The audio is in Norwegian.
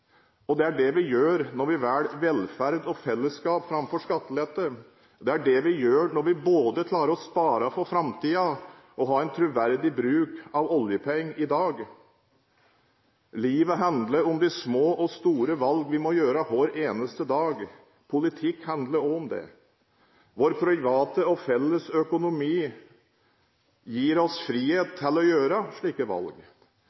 Det er det vi gjør når vi velger velferd og fellesskap framfor skattelette. Det er det vi gjør når vi både klarer å spare for framtiden og ha en troverdig bruk av oljepenger i dag. Livet handler om de små og store valg vi må ta hver eneste dag. Politikk handler også om det. Vår private og vår felles økonomi gir oss frihet til å ta slike valg.